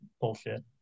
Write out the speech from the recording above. bullshit